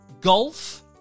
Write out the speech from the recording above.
golf